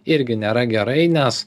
irgi nėra gerai nes